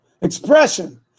Expression